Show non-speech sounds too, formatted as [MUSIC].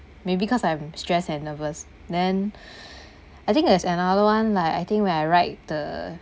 maybe cause I'm stressed and nervous then [BREATH] I think there's another [one] like I think when I write the